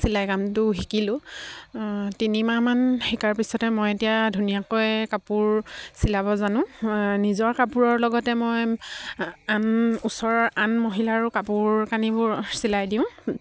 চিলাই কামটো শিকিলোঁ তিনিমাহমান শিকাৰ পিছতে মই এতিয়া ধুনীয়াকৈ কাপোৰ চিলাব জানো নিজৰ কাপোৰৰ লগতে মই আন ওচৰৰ আন মহিলাৰো কাপোৰ কানিবোৰ চিলাই দিওঁ